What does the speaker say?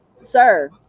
sir